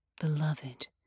Beloved